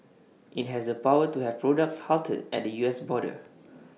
IT has the power to have products halted at the U S border